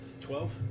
Twelve